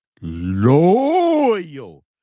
loyal